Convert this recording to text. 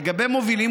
לגבי מובילים,